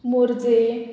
Morjim